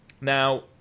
Now